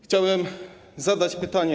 Chciałem zadać pytanie.